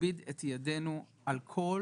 להכביד את ידינו על כל